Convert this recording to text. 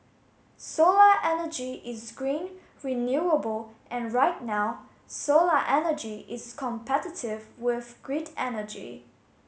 solar energy is green renewable and right now solar energy is competitive with grid energy